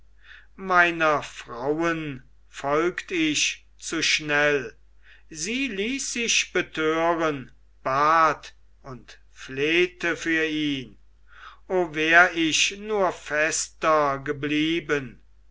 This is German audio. meiner frauen folgt ich zu schnell sie ließ sich betören bat und flehte für ihn o wär ich nur fester geblieben